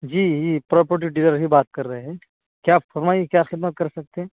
جی property dealer ہی بات کر رہے ہیں کیا فرمائیے کیا خدمت کر سکتے ہیں